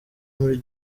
muri